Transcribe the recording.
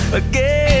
again